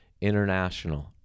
international